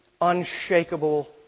unshakable